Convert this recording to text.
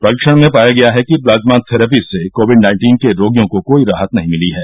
परीक्षण में पाया गया है कि प्लाज्मा थेरेपी से कोविड नाइन्टीन के रोगियों को कोई राहत नहीं मिली है